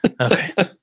Okay